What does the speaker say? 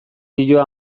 dio